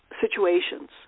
situations